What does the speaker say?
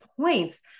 points